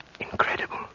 Incredible